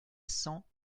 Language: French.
cents